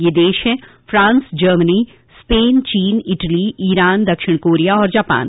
ये देश हैं फ्रांस जर्मनी स्पेन चीन इटली ईरान दक्षिण कोरिया और जापान